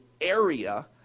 area